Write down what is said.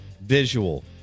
visual